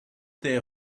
their